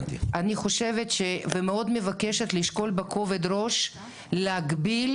אני חושבת ומאוד מבקשת לשקול בכובד ראש להגביל